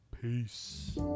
peace